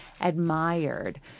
admired